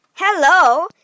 Hello